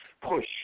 push